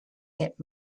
kept